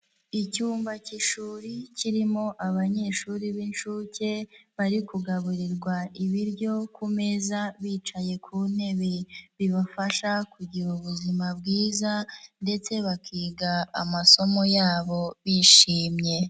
Icyumba k'ishuri kirimo abanyeshuri b'inshuke bari kugaburirwa ibiryo ku meza bicaye ku ntebe, bibafasha kugira ubuzima bwiza, ndetse bakiga amasomo yabo bishimye.